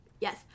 Yes